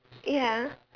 ya